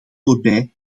voorbij